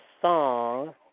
song